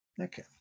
Okay